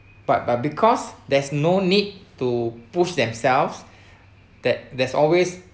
but but because there's no need to push themselves that there's always